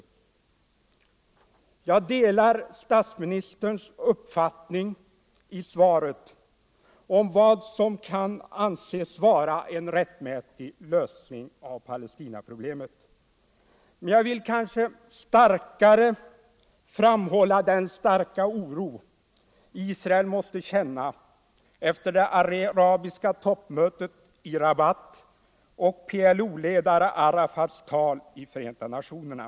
Jag delar statsministerns uppfattning i svaret om vad som kan anses vara en rättmätig lösning av Palestinaproblemet, men jag vill kanske starkare framhålla den starka oro Israel måste känna efter det arabiska — Nr 127 toppmötet i Rabat och PLO-ledaren Arafats tal i Förenta nationerna.